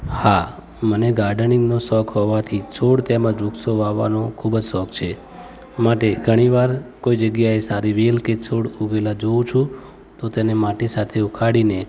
હા મને ગાર્ડનિંગનો શોખ હોવાથી છોડ તેમજ વૃક્ષો વાવવાનો ખૂબ જ શોખ છે માટે ઘણીવાર કોઈ જગ્યાએ સારી વેલ કે છોડ ઉગેલા જોઉં છું તો તેને માટી સાથે ઉખાડીને